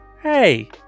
Hey